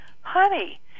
honey